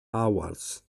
awards